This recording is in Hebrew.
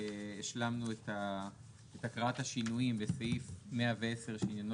השלמנו את הקראת השינויים בסעיף 110 שעניינו